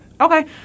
Okay